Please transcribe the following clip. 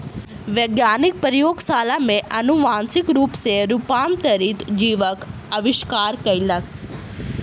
वैज्ञानिक प्रयोगशाला में अनुवांशिक रूप सॅ रूपांतरित जीवक आविष्कार कयलक